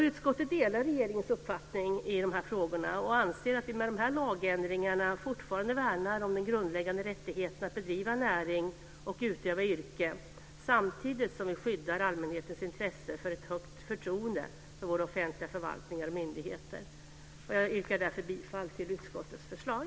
Utskottet delar regeringens uppfattning i dessa frågor och anser att vi med dessa lagändringar fortfarande värnar om den grundläggande rättigheten att bedriva näring och utöva yrke, samtidigt som vi skyddar allmänhetens intresse av ett högt förtroende för våra offentliga förvaltningar och myndigheter. Jag yrkar därför bifall till utskottets förslag.